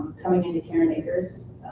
coming in to caring acres.